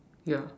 yeah